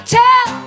tell